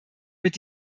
mit